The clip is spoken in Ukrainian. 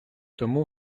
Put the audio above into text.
тому